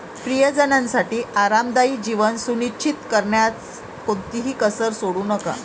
प्रियजनांसाठी आरामदायी जीवन सुनिश्चित करण्यात कोणतीही कसर सोडू नका